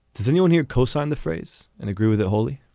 does anyone here co-sign the phrase and agree with it wholly?